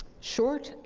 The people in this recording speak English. short,